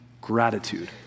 gratitude